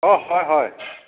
অঁ হয় হয়